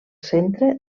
centre